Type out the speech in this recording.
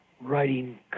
writing